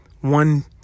one